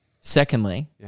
secondly